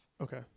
Okay